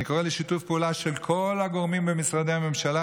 אני קורא לשיתוף פעולה של כל הגורמים במשרדי הממשלה,